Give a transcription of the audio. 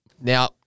Now